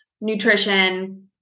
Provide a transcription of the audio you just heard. nutrition